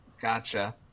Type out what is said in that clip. Gotcha